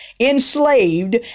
enslaved